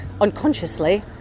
unconsciously